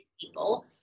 people